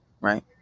Right